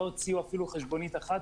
לא הוציאו אפילו חשבונית אחת,